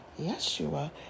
Yeshua